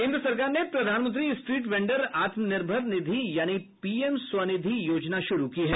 केंद्र सरकार ने प्रधानमंत्री स्ट्रीट वेंडर आत्मनिर्भर निधि यानी पीएम स्वनिधि योजना शुरू की है